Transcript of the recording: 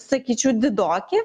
sakyčiau didoki